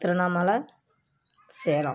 Tiruvannamalai Salem